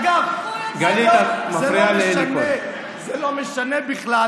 אגב, זה לא משנה בכלל